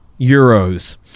euros